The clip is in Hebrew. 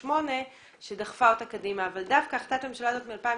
מ-2008 שדחפה אותה קדימה אבל דווקא החלטת הממשלה הזאת מ-2016